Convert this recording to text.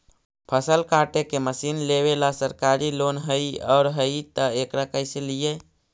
फसल काटे के मशीन लेबेला सरकारी लोन हई और हई त एकरा कैसे लियै?